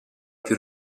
più